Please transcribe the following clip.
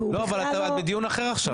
את עכשיו בדיון אחר.